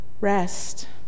Rest